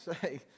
say